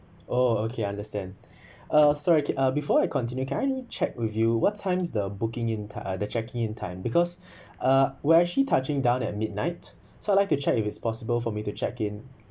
oh okay understand uh sorry keep uh before I continue can I check with you what time's the booking in the checking in time because uh we're I actually touching down at midnight so I'd like to check if it's possible for me to check in